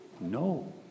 no